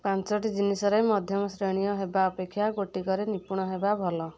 ପାଞ୍ଚଟି ଜିନିଷରେ ମଧ୍ୟମ ଶ୍ରେଣୀୟ ହେବା ଅପେକ୍ଷା ଗୋଟିକରେ ନିପୁଣ ହେବା ଭଲ